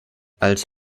als